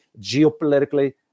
geopolitically